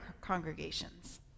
congregations